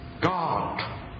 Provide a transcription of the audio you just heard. God